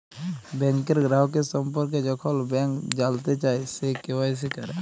ব্যাংকের গ্রাহকের সম্পর্কে যখল ব্যাংক জালতে চায়, সে কে.ওয়াই.সি ক্যরা